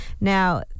Now